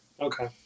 Okay